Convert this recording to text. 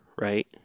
right